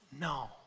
No